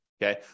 Okay